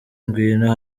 ngwino